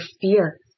fear